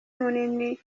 munini